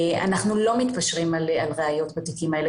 אנחנו לא מתפשרים על ראיות בתיקים האלה,